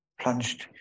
plunged